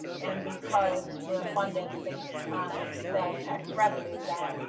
and because we're funded based on sales tax revenue that,